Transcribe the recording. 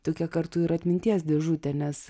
tokia kartu ir atminties dėžutė nes